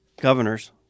Governor's